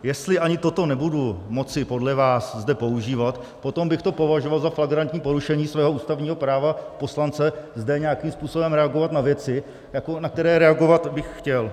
Jestli ani toto nebudu moci podle vás zde používat, potom bych to považoval za flagrantní porušení svého ústavního práva poslance zde nějakým způsobem reagovat na věci, na které reagovat bych chtěl.